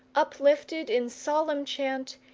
uplifted in solemn chant,